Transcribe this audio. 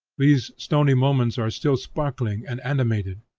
these stony moments are still sparkling and animated!